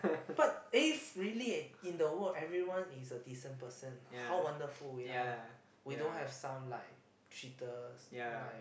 but if really eh in the world everyone is a decent person how wonderful we are we don't have some like cheaters like